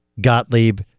Gottlieb